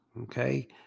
okay